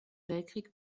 weltkrieg